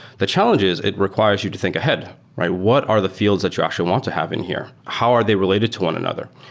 the challenges, it requires you to think ahead, right? what are the fields that you actually want to have in here? how are they related to one another?